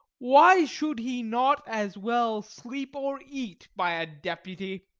why should he not as well sleep or eat by a deputy?